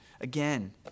again